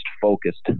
focused